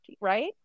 right